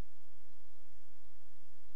הצעותיה,